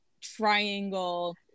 triangle